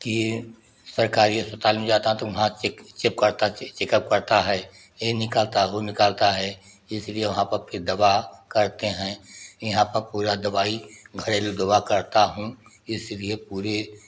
की सरकारी अस्पताल में जाता हूँ तो वहाँ चेक चेक करता चेकअप करता है ये निकलता वो निकलता है इसलिए वहाँ पर फिर दवा करते हैं यहाँ पर पूरा दवाई घरेलू दवा करता हूँ इसीलिए पूरे